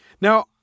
Now